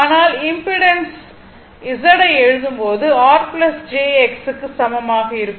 ஆனால் impedance z ஐ எழுதும்போது r jx க்கு சமமாக இருக்கும்